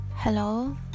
Hello